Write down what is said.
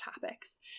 topics